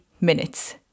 minutes